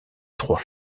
trois